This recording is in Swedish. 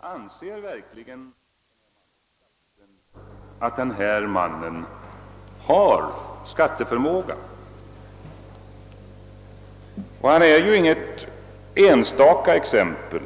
Anser verkligen finansministern att denne man har skatteförmåga? Han utgör för övrigt inget enstaka exempel.